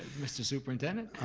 mr. superintendent.